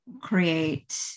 create